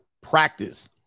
practice